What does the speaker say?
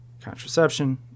contraception